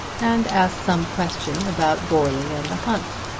and asked some questions about goarly and the hunt.